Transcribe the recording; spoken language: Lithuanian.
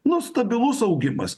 nu stabilus augimas